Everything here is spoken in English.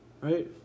right